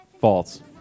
False